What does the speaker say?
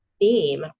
theme